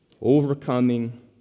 overcoming